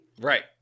Right